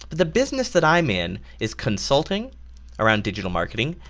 but the business that i'm in is consulting around digital marketing,